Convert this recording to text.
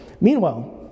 Meanwhile